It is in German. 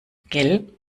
gell